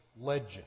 legend